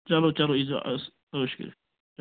چلو چلو ییٖزیٚو حظ عٲش کٔرِتھ